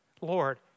Lord